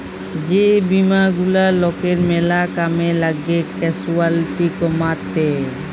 যে বীমা গুলা লকের ম্যালা কামে লাগ্যে ক্যাসুয়ালটি কমাত্যে